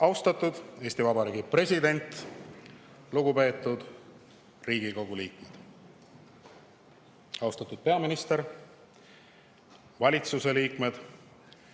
Austatud Eesti Vabariigi president! Lugupeetud Riigikogu liikmed! Austatud peaminister, valitsuse liikmed,